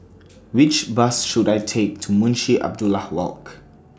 Which Bus should I Take to Munshi Abdullah Walk